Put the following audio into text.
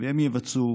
והם יבצעו